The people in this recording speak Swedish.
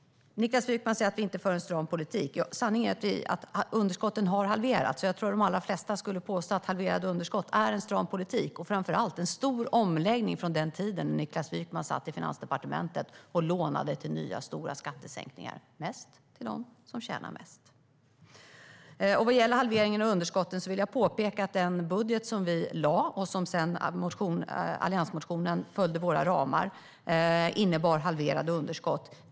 Niklas Wykman säger att vi inte för en stram politik. Sanningen är att underskotten har halverats. Jag tror att de allra flesta skulle påstå att halverade underskott är en stram politik - och framför allt en stor omläggning från den tid då Niklas Wykman satt i Finansdepartementet och lånade till nya, stora skattesänkningar. Det var mest till dem som tjänade mest. Vad gäller halveringen av underskotten vill jag påpeka att den budget vi lade fram, där alliansmotionen sedan följde våra ramar, innebar halverade underskott.